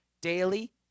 daily